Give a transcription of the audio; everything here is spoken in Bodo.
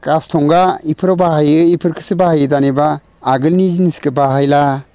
गास थंगा इफोराव बाहायो इफोरखोसो बाहायो दानिबा आगोलनि जिनिसखो बाहायला